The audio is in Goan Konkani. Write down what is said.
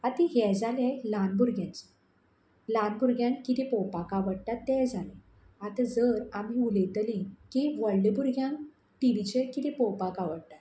आतां हे जाले ल्हान भुरगेच ल्हान भुरग्यांक किदें पळोवपाक आवडटा तें जालें आतां जर आमी उलयतलीं की व्हडले भुरग्यांक टीवीचेर कितें पळोवपाक आवडटा